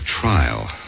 trial